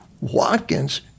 Watkins